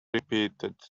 repeated